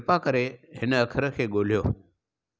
कृपा करे हिन अख़रु खे ॻोल्हियो